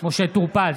משה טור פז,